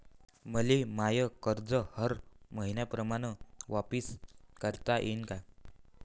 मले माय कर्ज हर मईन्याप्रमाणं वापिस करता येईन का?